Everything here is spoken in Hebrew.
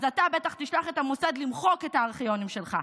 אז אתה בטח תשלח את המוסד למחוק את הארכיונים שלך,